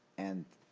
and